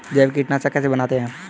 जैविक कीटनाशक कैसे बनाते हैं?